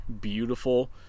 beautiful